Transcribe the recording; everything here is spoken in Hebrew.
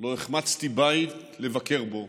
לא החמצתי בית לבקר בו